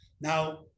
Now